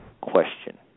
question